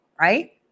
right